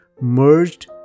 merged